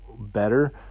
better